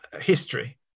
history